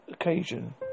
occasion